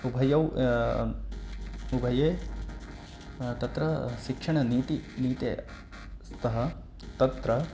उभयौ उभये तत्र शिक्षणनीतिः नीते स्तः तत्र